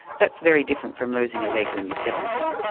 that's very different from losing a leg when you're seventy.